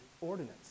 ordinance